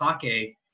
sake